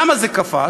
למה זה קפץ?